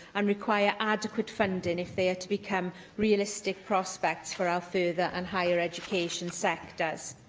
and require adequate funding if they are to become realistic prospects for our further and higher education sectors.